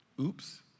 Oops